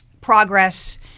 progress